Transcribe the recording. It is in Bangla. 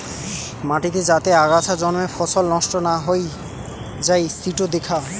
মাটিতে যাতে আগাছা জন্মে ফসল নষ্ট না হৈ যাই সিটো দ্যাখা